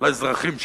לאזרחים שלה,